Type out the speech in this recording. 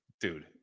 Dude